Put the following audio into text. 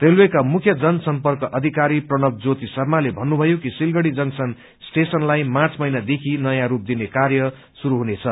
रेलवेका मुख्य जनसर्म्यक अधिकारी प्रणव ज्योति शर्माले भन्नुभयो कि सलिगढी जंकशन स्टेशनलाई मार्च महिनादेखि नयाँ रूप् दिने कार्य शुरू हुनेछ